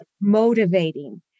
motivating